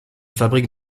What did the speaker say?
fabrique